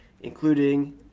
including